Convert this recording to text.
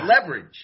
leverage